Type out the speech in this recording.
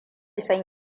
san